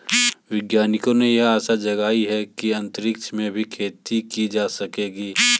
वैज्ञानिकों ने यह आशा जगाई है कि अंतरिक्ष में भी खेती की जा सकेगी